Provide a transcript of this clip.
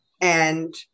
And-